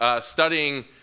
studying